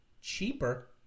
cheaper